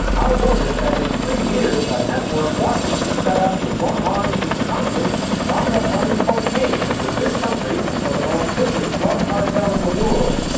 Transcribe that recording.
how was it that in three years a network washington set up to run arms to the contras wound up running cocaine into this country for the most vicious drug cartel in the world?